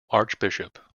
archbishop